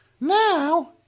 Now